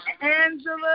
Angela